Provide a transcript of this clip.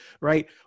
right